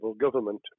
government